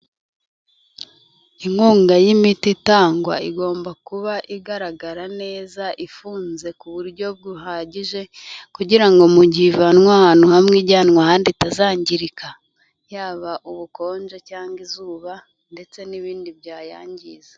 Inkunga y'imiti itangwa igomba kuba igaragara neza ifunze ku buryo buhagije kugira ngo mu gihe ivanwa ahantu hamwe ijyanwa ahandi itazangirika, yaba ubukonje cyangwa izuba ndetse n'ibindi byayangiza.